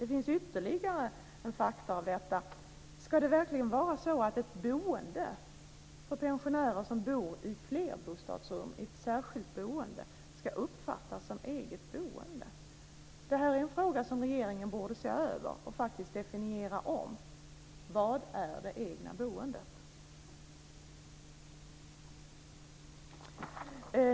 Det finns ytterligare en aspekt på detta: Ska det verkligen uppfattas som eget boende när pensionärer bor i flerbostadsrum i ett särskilt boende? Detta är en fråga som regeringen borde se över och definiera om. Vad är det egna boendet?